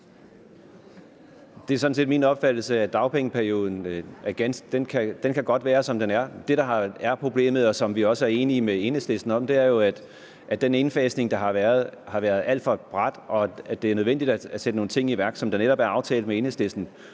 Det er sådan set min opfattelse, at dagpengeperioden godt kan være, som den er. Det, der er problemet, og som vi også er enige med Enhedslisten i, er jo, at den indfasning, der har været, har været alt for brat, og at det er nødvendigt at sætte nogle ting i værk, som det netop er aftalt med Enhedslisten